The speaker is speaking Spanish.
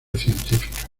científica